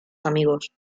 amigos